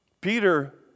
Peter